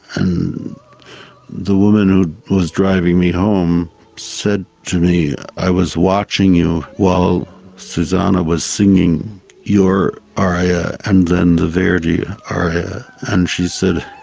and the woman who was driving me home said to me, i was watching you while susannah was singing your aria and then the verdi ah aria and she said,